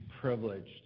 privileged